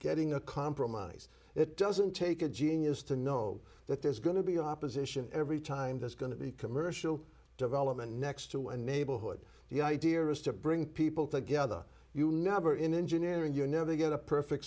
getting a compromise it doesn't take a genius to know that there's going to be opposition every time there's going to be commercial development next to a neighborhood the idea is to bring people together you number in engineering you never get a perfect